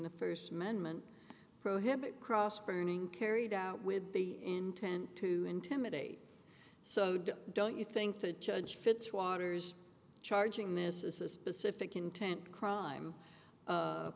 the first amendment prohibit cross burning carried out with the intent to intimidate so don't you think the judge fits waters charging this is a specific intent crime